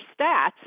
stats